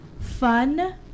fun